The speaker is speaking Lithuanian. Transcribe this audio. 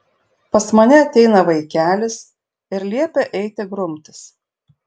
pas mane ateina vaikelis ir liepia eiti grumtis